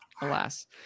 alas